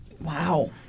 Wow